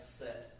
set